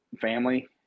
family